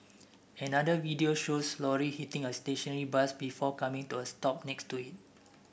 another video shows lorry hitting a stationary bus before coming to a stop next to it